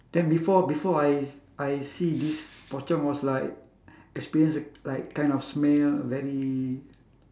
then before before I I see this pocong was like experience like kind of smell very